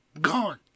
Gone